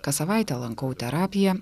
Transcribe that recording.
kas savaitę lankau terapiją